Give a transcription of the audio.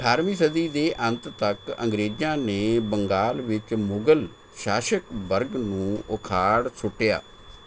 ਅਠਾਰ੍ਹਵੀਂ ਸਦੀ ਦੇ ਅੰਤ ਤੱਕ ਅੰਗਰੇਜ਼ਾਂ ਨੇ ਬੰਗਾਲ ਵਿੱਚ ਮੁਗ਼ਲ ਸ਼ਾਸਕ ਵਰਗ ਨੂੰ ਉਖਾੜ ਸੁੱਟਿਆ